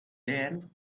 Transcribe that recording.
then